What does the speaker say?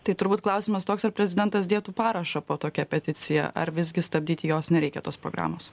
tai turbūt klausimas toks ar prezidentas dėtų parašą po tokia peticija ar visgi stabdyti jos nereikia tos programos